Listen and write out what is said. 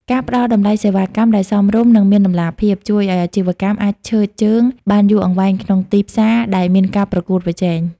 ការផ្ដល់តម្លៃសេវាកម្មដែលសមរម្យ និងមានតម្លាភាព ជួយឱ្យអាជីវកម្មអាចឈរជើងបានយូរអង្វែងក្នុងទីផ្សារដែលមានការប្រកួតប្រជែង។